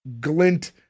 Glint